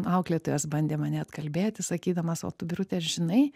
auklėtojas bandė mane atkalbėti sakydamas o tu birute ar žinai